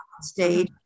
stage